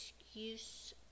excuse